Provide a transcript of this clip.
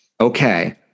Okay